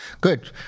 Good